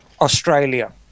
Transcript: Australia